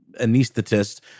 anesthetist